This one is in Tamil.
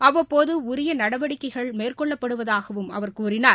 அவ்வப்போது உரிய நடவடிக்கைகள் மேற்கொள்ளப்படுவதாகவும் அவர் கூறினார்